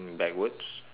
backwards